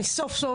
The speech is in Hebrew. אני סוף סוף